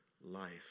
life